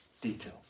detail